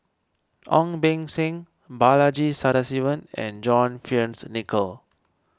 Ong Beng Seng Balaji Sadasivan and John Fearns Nicoll